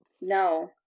No